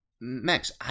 Max